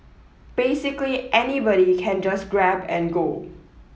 basically anybody can just grab and go